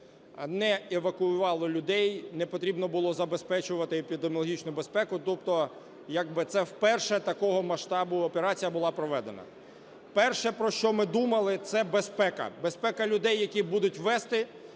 не евакуювали людей, не потрібно було забезпечувати епідеміологічну безпеку, тобто як би це вперше такого масштабу операція була проведена. Перше, про що ми думали, це безпека. Безпека людей, яких будуть везти,